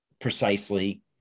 precisely